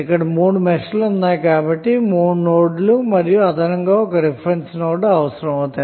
ఇక్కడ 3 మెష్లు ఉన్నాయి కాబట్టి 3 నోడ్లు మరియు అదనంగా 1 రిఫరెన్స్ నోడ్ అవసరం అవుతాయి